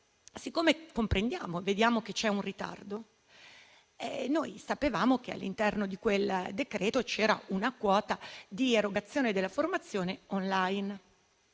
siccome comprendiamo che c'è un ritardo, noi sapevamo che all'interno di quel decreto c'era una quota di erogazione della formazione *online;*